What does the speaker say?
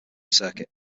circuit